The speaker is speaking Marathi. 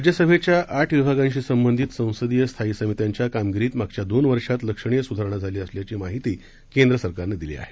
राज्यसभेच्या आठ विभागांशी संबंधित संसदीय स्थायी समित्यांच्या कामगिरीत मागच्या दोन वर्षात लक्षणीय सुधारणा झाली असल्याची माहिती केंद्र सरकारनं दिली आहे